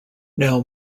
now